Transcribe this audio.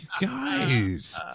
guys